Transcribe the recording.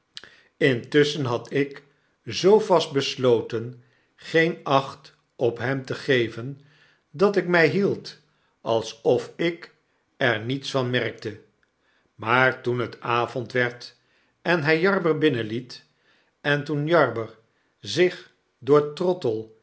intusschen had ik zoo vast besloten geen acht op hem te geven dat ik my hield alsof ik er niets van merkte maar toen het avond werd en hy jarber binnenliet en toen jarber zich door